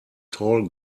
tall